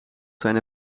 zijn